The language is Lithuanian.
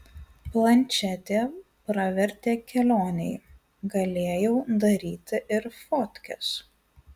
plančetė pravertė kelionėj galėjau daryti ir fotkes